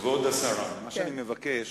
כבוד השרה, מה שאני מבקש,